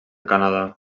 canadà